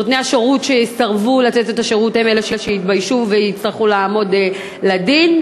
נותני השירות שיסרבו לתת את השירות הם אלה שיתביישו ויצטרכו לעמוד לדין.